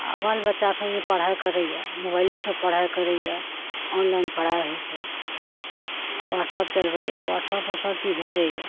आओर बाल बच्चासभ जे पढ़ाइ करैए मोबाइलेसे पढ़ाइ करैए ऑनलाइन पढ़ाइ होइ छै आओर वॉट्सअप चलबैए वॉट्सअपोसे सबचीज भेजैए